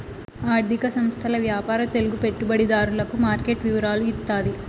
ఆర్థిక సంస్థల వ్యాపార తెలుగు పెట్టుబడిదారులకు మార్కెట్ వివరాలు ఇత్తాది